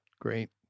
Great